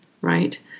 right